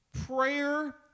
Prayer